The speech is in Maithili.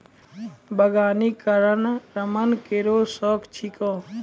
बागबानी करना रमन केरो शौक छिकै